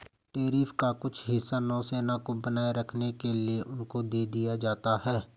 tariff का कुछ हिस्सा नौसेना को बनाए रखने के लिए उनको दे दिया जाता है